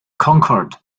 conquered